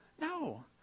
no